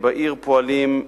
בעיר פועלים,